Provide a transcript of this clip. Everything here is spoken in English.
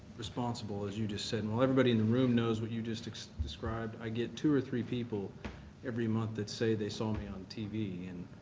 responsible, as you just said. and while everybody in the room knows what you just described, i get two or three people every month that say they saw me on tv and